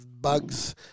Bugs